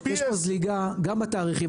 יש פה זליגה גם בתאריכים,